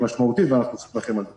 משמעותית ואנחנו צריכים להילחם על זה.